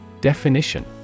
Definition